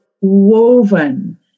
woven